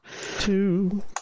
Two